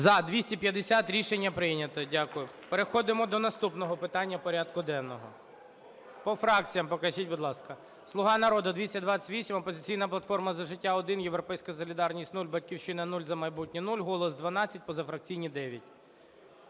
За-250 Рішення прийнято. Дякую. Переходимо до наступного питання порядку денного. По фракціях покажіть, будь ласка. "Слуга народу" – 228, "Опозиційна платформа – За життя" – 1, "Європейська солідарність" – 0, "Батьківщина" – 0, "За майбутнє" – 0, "Голос" – 12, позафракційні –